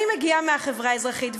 אני מגיעה מהחברה האזרחית,